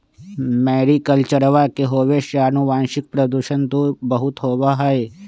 मैरीकल्चरवा के होवे से आनुवंशिक प्रदूषण बहुत होबा हई